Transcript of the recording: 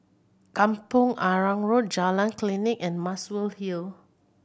Kampong Arang Road Jalan Klinik and Muswell Hill